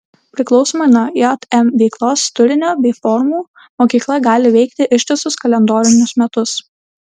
priklausomai nuo jm veiklos turinio bei formų mokykla gali veikti ištisus kalendorinius metus